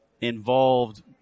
involved